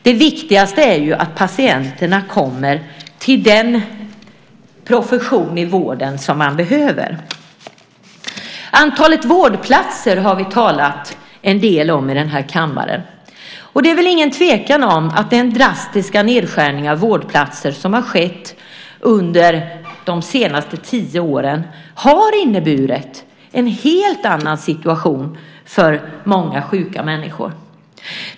Det viktigaste är att patienterna kommer till den profession i vården de behöver. Vi har talat en del om antalet vårdplatser i den här kammaren. Det råder väl inget tvivel om att den drastiska nedskärningen av vårdplatser som har skett under de senaste tio åren har inneburit en helt annan situation för många sjuka människor.